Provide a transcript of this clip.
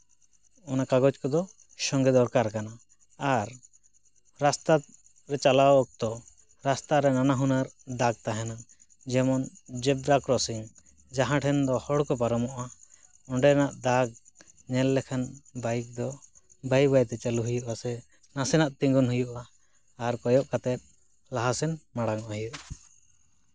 ᱚᱱᱟ ᱠᱟᱜᱚᱡᱽ ᱠᱚᱫᱚ ᱥᱚᱝᱜᱮ ᱫᱚᱨᱠᱟᱨ ᱠᱟᱱᱟ ᱟᱨ ᱨᱟᱥᱛᱟ ᱨᱮ ᱪᱟᱞᱟᱣ ᱚᱠᱛᱚ ᱨᱟᱥᱛᱟ ᱨᱮ ᱱᱟᱱᱟᱦᱩᱱᱟᱹᱨ ᱫᱟᱜᱽ ᱛᱟᱦᱮᱱᱟ ᱡᱮᱢᱚᱱ ᱡᱮᱵᱽᱨᱟ ᱠᱨᱚᱥᱤᱝ ᱡᱟᱦᱟᱸ ᱴᱷᱮᱱᱫᱚ ᱦᱚᱲᱠᱚ ᱯᱟᱨᱚᱢᱚᱜᱼᱟ ᱚᱸᱰᱮᱱᱟᱜ ᱫᱟᱜᱽ ᱧᱮᱞ ᱞᱮᱠᱷᱟᱱ ᱵᱟᱭᱤᱠ ᱫᱚ ᱵᱟᱹᱭ ᱵᱟᱹᱭᱛᱮ ᱪᱟᱹᱞᱩ ᱦᱩᱭᱩᱜ ᱟᱥᱮ ᱱᱟᱥᱮᱱᱟᱜ ᱛᱤᱸᱜᱩᱱ ᱦᱩᱭᱩᱜᱼᱟ ᱟᱨ ᱠᱚᱭᱚᱜ ᱠᱟᱛᱮ ᱞᱟᱦᱟ ᱥᱮᱱ ᱢᱟᱲᱟᱝᱚᱜ ᱦᱩᱭᱩᱜᱼᱟ